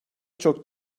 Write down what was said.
çok